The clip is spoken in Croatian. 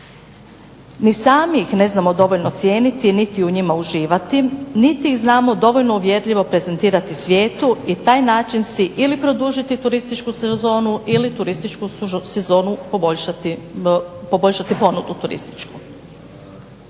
ni sami ne znamo ih dovoljno cijeniti niti u njima uživati, niti ih znamo dovoljno uvjerljivo prezentirati svijetu i taj način si ili produžiti turističku sezonu ili turističku sezonu poboljšati ponudu turističku.